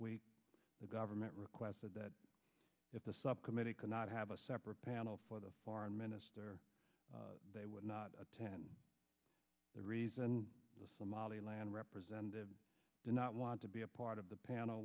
week the government requested that if the subcommittee could not have a separate panel for the foreign minister they would not attend the reason the somaliland representative did not want to be a part of the panel